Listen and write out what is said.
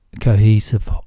cohesive